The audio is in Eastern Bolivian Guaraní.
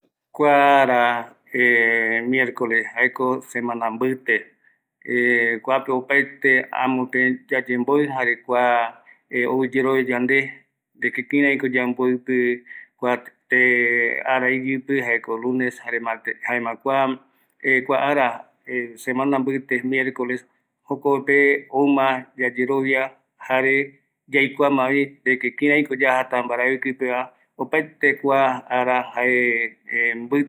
arapua pe jaenunga vi arapua pe eyemongueta ye ajata aeka mbae seyeipe jaema se mandua arajata ko seyeipe kua terejairu jüva jae jare arajata kua se voko pïta va.